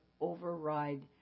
override